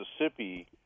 Mississippi